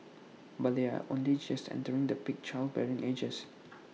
but they are only just entering the peak childbearing ages